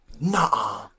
Nah